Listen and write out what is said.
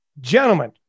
Gentlemen